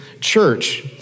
church